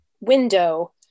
window